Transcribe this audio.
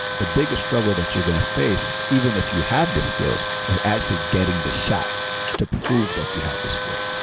the biggest trouble that you're going to face even if you have the skills is actually getting the shot to prove that you have the skill.